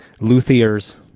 luthiers